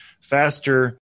faster